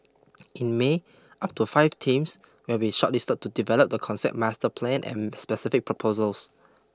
in May up to five teams will be shortlisted to develop the concept master plan and specific proposals